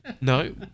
No